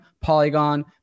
Polygon